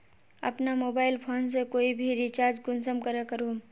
अपना mobile phone से कोई भी रिचार्ज कुंसम करे करूम?